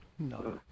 No